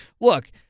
look